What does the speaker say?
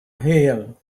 hail